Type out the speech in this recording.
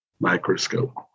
microscope